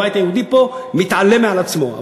הבית היהודי פה מתעלה על עצמו.